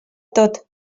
tot